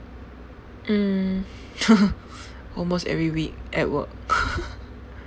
mm almost every week at work